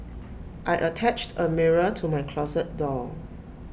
I attached A mirror to my closet door